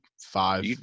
five